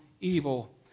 evil